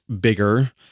bigger